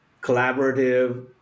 collaborative